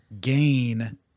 gain